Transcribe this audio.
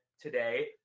today